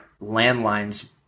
landlines